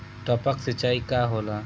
टपक सिंचाई का होला?